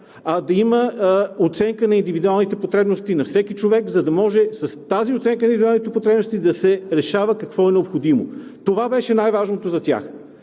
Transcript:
а да има оценка на индивидуалните потребности на всеки човек, за да може с тази оценка на индивидуалните потребности да се решава какво е необходимо. Това беше най важното за тях.